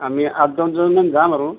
আমি আঠ দহজনমান যাম আৰু